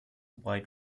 wide